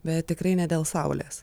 bet tikrai ne dėl saulės